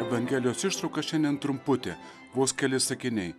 evangelijos ištrauka šiandien trumputė vos keli sakiniai